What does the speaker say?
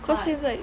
cause 现在